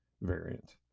variant